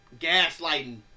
gaslighting